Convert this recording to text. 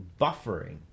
Buffering